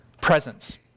presence